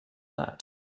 that